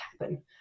happen